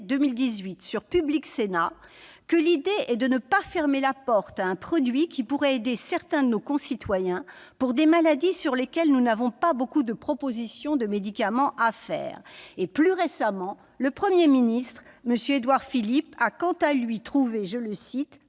sur Public Sénat que l'idée était de « ne pas fermer la porte à un produit qui pourrait aider certains de nos concitoyens pour des maladies sur lesquelles nous n'avons pas beaucoup de propositions de médicaments à faire. » Plus récemment, le Premier ministre, M. Édouard Philippe, a quant à lui trouvé « absurde